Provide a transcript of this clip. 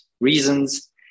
reasons